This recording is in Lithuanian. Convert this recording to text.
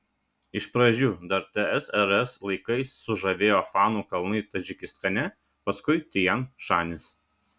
iš pradžių dar tsrs laikais sužavėjo fanų kalnai tadžikistane paskui tian šanis